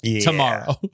tomorrow